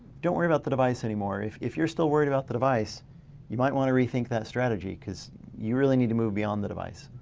don't worry about the device anymore. if if you're still worried about the device you might want to rethink that strategy cause you really need to move beyond the device.